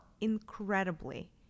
incredibly